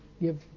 give